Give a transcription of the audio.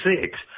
six